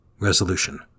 Resolution